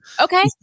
Okay